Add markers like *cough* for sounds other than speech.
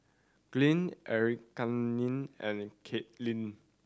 Glynn *unintelligible* and Katelin